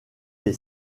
est